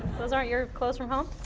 those aren't your clothes from home?